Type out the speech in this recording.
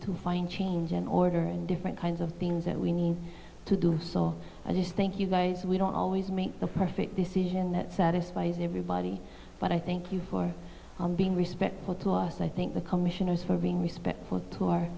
to find change in order and different kinds of things that we need to do so i just think you guys we don't always make a perfect decision that satisfies everybody but i thank you for being respectful to us i think the commissioners for being respectful